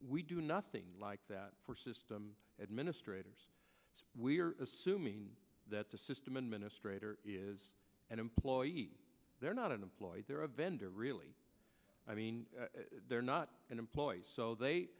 we do nothing like that for system administrators we're assuming that the system administrator is an employee they're not employed there or a vendor really i mean they're not employed so they